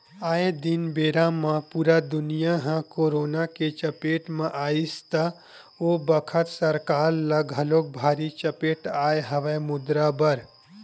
आये दिन बेरा म पुरा दुनिया ह करोना के चपेट म आइस त ओ बखत सरकार ल घलोक भारी चपेट आय हवय मुद्रा बर